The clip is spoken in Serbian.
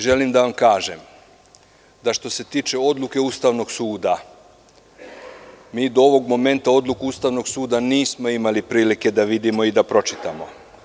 Želim da vam kažem da što se tiče odluke Ustavnog suda, mi do ovog momenta odluku Ustavnog suda nismo imali prilike da vidimo i da pročitamo.